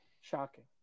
Shocking